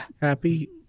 Happy